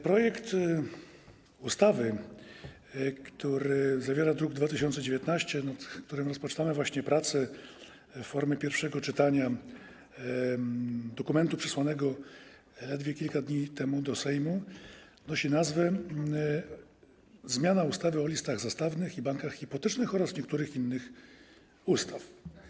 Projekt ustawy, który zawiera druk nr 2019, nad którym rozpoczynamy właśnie prace w formie pierwszego czytania dokumentu przesłanego zaledwie kilka dni temu do Sejmu, nosi nazwę: o zmianie ustawy o listach zastawnych i bankach hipotecznych oraz niektórych innych ustaw.